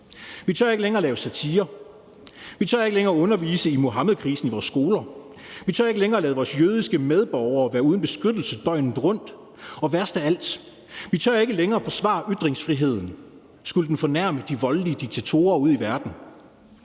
Vi tør ikke længere lave satire. Vi tør ikke længere undervise i Muhammedkrisen i vores skoler. Vi tør ikke længere lade vores jødiske medborgere være uden beskyttelse døgnet rundt, og værst af alt: Vi tør ikke længere forsvare ytringsfriheden, skulle den fornærme de voldelige diktatorer ude i verden.